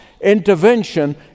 intervention